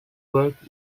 work